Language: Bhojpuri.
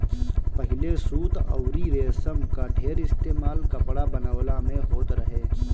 पहिले सूत अउरी रेशम कअ ढेर इस्तेमाल कपड़ा बनवला में होत रहे